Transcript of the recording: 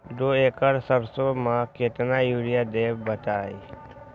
दो एकड़ सरसो म केतना यूरिया देब बताई?